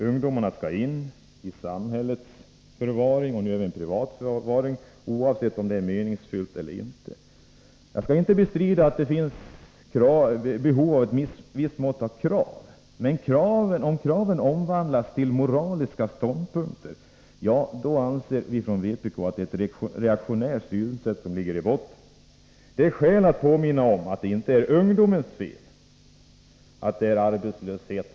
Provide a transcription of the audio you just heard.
Ungdomarna skall in i samhällets förvaring — och nu även i privat förvaring — oavsett om det är meningsfullt eller inte. Jag skall inte bestrida att det finns behov av ett visst mått av krav. Men om kraven omvandlas till moraliska ståndpunkter, då anser vi från vpk att det är ett reaktionärt synsätt som ligger i botten. Det är skäl att påminna om att det inte är ungdomens fel att vi har arbetslöshet.